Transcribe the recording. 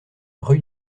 rue